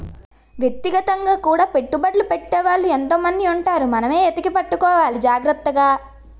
వ్యక్తిగతంగా కూడా పెట్టుబడ్లు పెట్టే వాళ్ళు ఎంతో మంది ఉంటారు మనమే ఎతికి పట్టుకోవాలి జాగ్రత్తగా